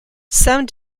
some